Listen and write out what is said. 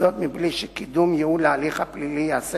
בלי שקידום ייעול ההליך הפלילי ייעשה